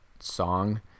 song